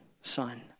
son